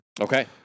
Okay